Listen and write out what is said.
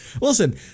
Listen